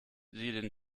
den